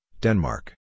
Denmark